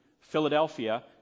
Philadelphia